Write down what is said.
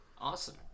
Awesome